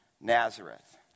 Nazareth